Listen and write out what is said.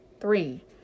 three